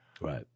Right